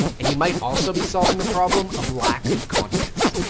and you might also be solving the problem of lack of confidence.